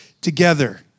together